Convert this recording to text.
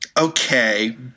Okay